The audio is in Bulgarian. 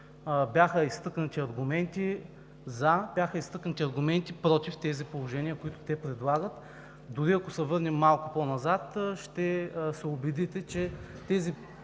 бяха изтъкнати аргументи „против“ тези положения, които те предлагат. Дори ако се върнем малко по-назад, ще се убедите, че тези